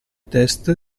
test